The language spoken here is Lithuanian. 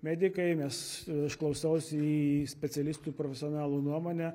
medikai mes aš klausausi į specialistų profesionalų nuomonę